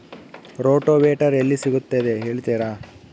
Rotavator ಎಲ್ಲಿ ಸಿಗುತ್ತದೆ ಹೇಳ್ತೇರಾ?